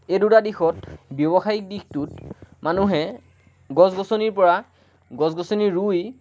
এই দুটা দিশত ব্যৱসায়িক দিশটোত মানুহে গছ গছনিৰ পৰা গছ গছনি ৰুই